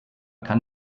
kann